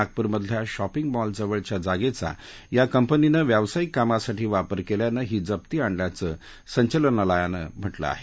नागपूरमधल्या शॉपिग मॅलजवळच्या जागेचा या कंपनीनं व्यावसायिक कामासाठी वापर केल्यानं ही जप्ती आणल्याचं संचालनालयानं म्हटलं आहे